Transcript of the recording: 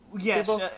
Yes